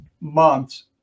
months